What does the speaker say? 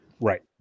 Right